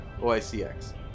OICX